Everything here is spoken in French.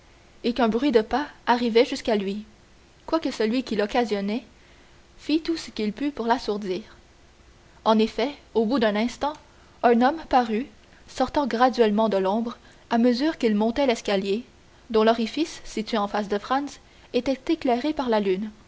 et qu'un bruit de pas arrivait jusqu'à lui quoique celui qui l'occasionnait fît tout ce qu'il put pour l'assourdir en effet au bout d'un instant un homme parut sortant graduellement de l'ombre à mesure qu'il montait l'escalier dont l'orifice situé en face de franz était éclairé par la lune